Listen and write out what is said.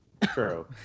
True